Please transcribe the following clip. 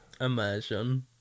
Imagine